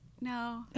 No